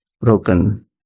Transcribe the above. broken